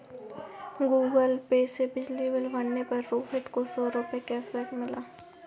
Google Pay से बिजली bill भरने पर रोहित को सौ रूपए का कैशबैक मिला